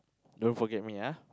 don't forget me ah